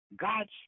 God's